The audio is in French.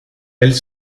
elle